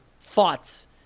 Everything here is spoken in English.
thoughts